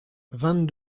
vingt